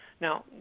Now